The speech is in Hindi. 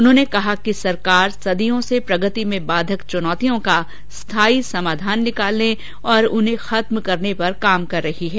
उन्होंने कहा कि सरकार सदियों से प्रगति में बाधक चुनौतियों का स्थाई समाधान निकालने और उन्हें खत्म करने पर काम कर रही है